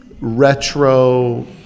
retro